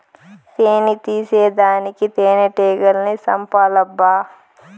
తేని తీసేదానికి తేనెటీగల్ని సంపాలబ్బా